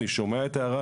אני שומע את ההערה,